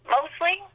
Mostly